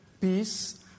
peace